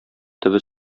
төбе